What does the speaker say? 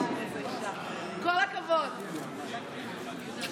כל הכבוד לאימא.